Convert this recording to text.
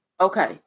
Okay